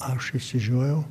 aš išsižiojau